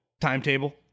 timetable